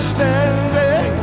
Standing